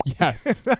yes